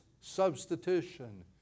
substitution